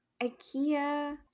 IKEA